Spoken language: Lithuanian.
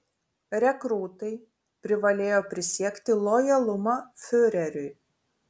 rekrūtai privalėjo prisiekti lojalumą fiureriui